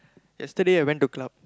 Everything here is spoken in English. yesterday I went to club